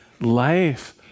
life